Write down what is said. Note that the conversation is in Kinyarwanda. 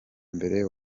mbere